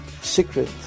secret